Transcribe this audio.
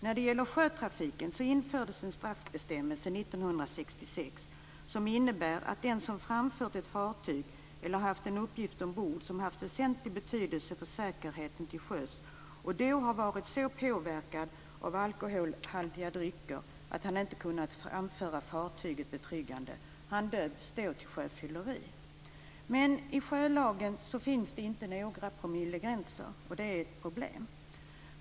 När det gäller sjötrafiken infördes en straffbestämmelse 1966 som innebär att den som framfört ett fartyg eller haft en uppgift ombord som varit av väsentlig betydelse för säkerheten till sjöss och då varit så påverkad av alkoholhaltiga drycker att fartyget inte kunnat framföras betryggande döms för sjöfylleri. I sjölagen finns det inte några promillegränser, och det är ett problem.